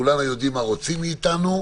כולנו יודעים מה רוצים מאיתנו.